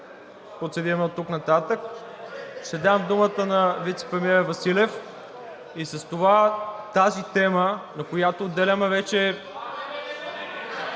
процедираме оттук нататък. Ще дам думата на вицепремиера Василев и с това тази тема, на която отделяме вече…